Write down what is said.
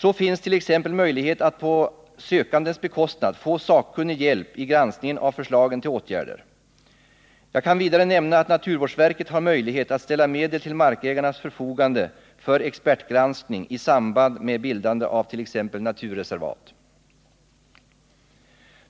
Så finns t.ex. möjlighet att på sökandens bekostnad få sakkunnig hjälp i granskningen av förslagen till åtgärder. Jag kan vidare nämna att naturvårdsverket har möjlighet att ställa medel till markägarnas förfogande för expertgranskning i samband med bildande av t.ex. naturreservat.